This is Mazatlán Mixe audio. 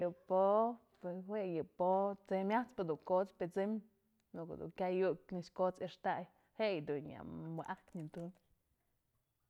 Yë po'o pues jue yë po'o tse'ey myajpë dun kot's pyësëm në ko'o dun kyay iuk dun nëkx kot's yëtay je'e yëdun nya wa'ajpyë nya tum.